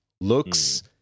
looks